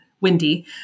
windy